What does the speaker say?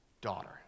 Daughter